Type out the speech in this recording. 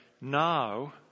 now